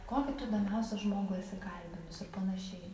kokį tu įdomiausią žmogų esi kalbinus ir panašiai